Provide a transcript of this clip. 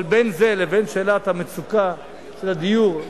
אבל בין זה לבין שאלת המצוקה של הדיור,